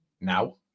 now